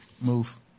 Move